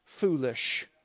Foolish